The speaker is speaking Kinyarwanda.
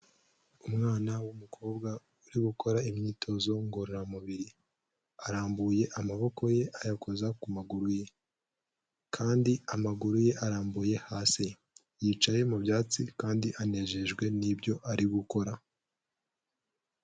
Umwana w'umukobwa uri gukora imyitozo ngororamubiri, arambuye amaboko ye ayakoza ku maguru ye, kandi amaguru ye arambuye hasi, yicaye mu byatsi kandi anejejwe n'ibyo ari gukora.